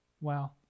Wow